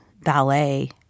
ballet